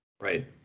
Right